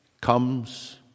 comes